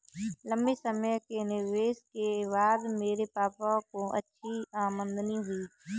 लंबे समय के निवेश के बाद मेरे पापा को अच्छी आमदनी हुई है